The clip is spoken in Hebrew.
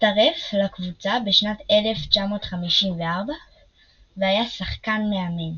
הצטרף לקבוצה בשנת 1954 והיה שחקן/מאמן.